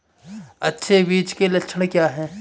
अच्छे बीज के लक्षण क्या हैं?